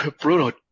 Bruno